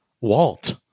Walt